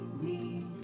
need